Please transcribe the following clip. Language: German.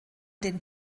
den